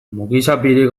mukizapirik